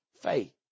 faith